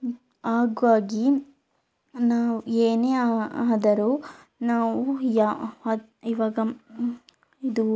ಹಾಗಾಗಿ ನಾವು ಏನೇ ಆದರೂ ನಾವು ಯಾ ಅದು ಇವಾಗ ಇದು